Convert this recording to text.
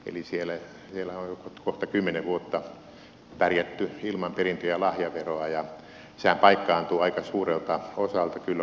eli siellä on kohta kymmenen vuotta pärjätty ilman perintö ja lahjaveroa ja sehän paikkaantuu aika suurelta osalta kyllä luovutusvoittoverolla